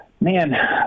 Man